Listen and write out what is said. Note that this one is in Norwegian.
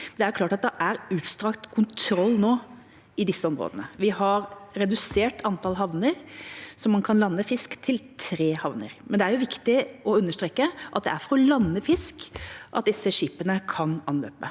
kanskje har. Det er utstrakt kontroll nå i disse områdene. Vi har redusert antall havner der man kan lande fisk, til tre, men det er viktig å understreke at det er for å lande fisk disse skipene kan anløpe.